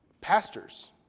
pastors